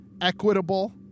equitable